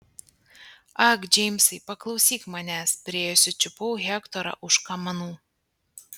ak džeimsai paklausyk manęs priėjusi čiupau hektorą už kamanų